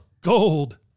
gold